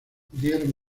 dieron